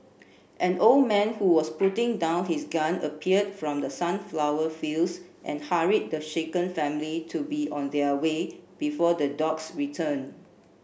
an old man who was putting down his gun appeared from the sunflower fields and hurried the shaken family to be on their way before the dogs return